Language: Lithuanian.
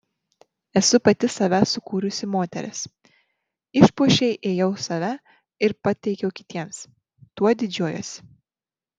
esu pati save sukūrusi moteris išpuošei ėjau save ir pateikiau kitiems tuo didžiuojuosi